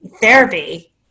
therapy